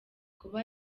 kuba